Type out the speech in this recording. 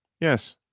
yes